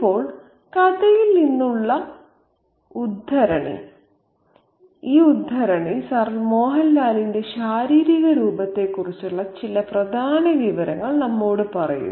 ഇപ്പോൾ കഥയിൽ നിന്നുള്ള ഈ ഉദ്ധരണി സർ മോഹൻ ലാലിന്റെ ശാരീരിക രൂപത്തെക്കുറിച്ചുള്ള ചില പ്രധാന വിവരങ്ങൾ നമ്മോട് പറയുന്നു